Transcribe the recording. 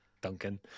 duncan